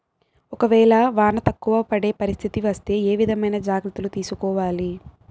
ఒక వేళ వాన తక్కువ పడే పరిస్థితి వస్తే ఏ విధమైన జాగ్రత్తలు తీసుకోవాలి?